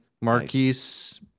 Marquise